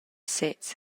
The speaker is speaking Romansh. sez